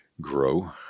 grow